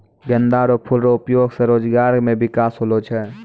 गेंदा रो फूल रो उपयोग से रोजगार मे बिकास होलो छै